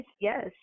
Yes